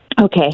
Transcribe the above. Okay